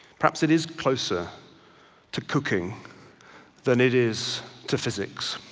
perhaps it is closer to cooking than it is to physics,